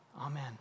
Amen